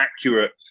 accurate